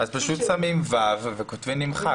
אז פשוט שמים (ו) וכותבים: נמחק.